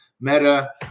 meta